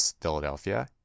Philadelphia